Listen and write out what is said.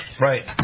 Right